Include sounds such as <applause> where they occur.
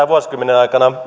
<unintelligible> vuosikymmenen aikana